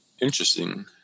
Interesting